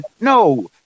No